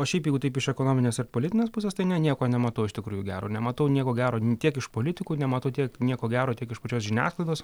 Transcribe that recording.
o šiaip jeigu taip iš ekonominės ir politinės pusės tai ne nieko nematau iš tikrųjų gero nematau nieko gero tiek iš politikų nematau tiek nieko gero tiek iš pačios žiniasklaidos